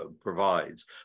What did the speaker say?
provides